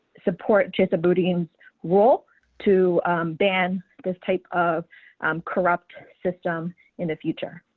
support just a booty and role to ban this type of corrupt system in the future.